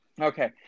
okay